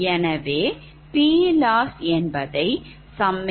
எனவே PLossi1mPii1mPgi i1mPLi